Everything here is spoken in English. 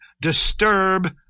disturb